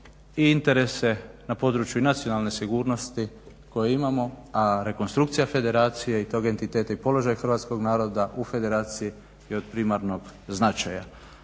i interese na području i nacionalne sigurnosti koje imamo, a rekonstrukcija Federacije i tog entiteta i položaja hrvatskog naroda u Federaciji je od primarnog značaja.